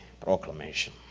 proclamation